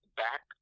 back